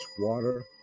water